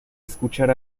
escuchar